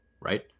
right